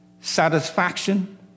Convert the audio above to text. satisfaction